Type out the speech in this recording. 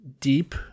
deep